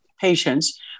patients